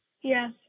Yes